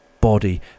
body